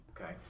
Okay